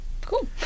Cool